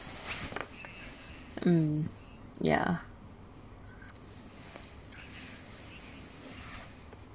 um yeah